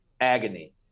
agony